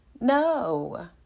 No